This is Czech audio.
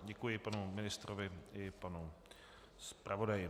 Děkuji panu ministrovi i panu zpravodaji.